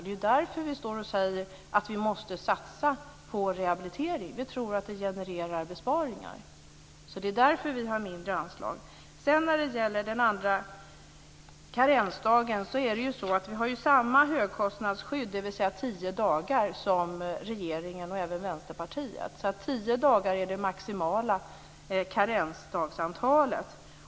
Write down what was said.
Det är därför vi säger att vi måste satsa på rehabilitering. Vi tror att det genererar besparingar. Det är därför vi har mindre anslag. När det gäller den andra karensdagen har vi samma högkostnadsskydd, dvs. tio dagar, som regeringen och även Vänsterpartiet. Tio dagar är det maximala karensdagsantalet.